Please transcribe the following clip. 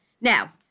now